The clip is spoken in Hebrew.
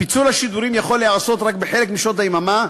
פיצול השידורים יכול להיעשות רק בחלק משעות היממה,